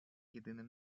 єдиним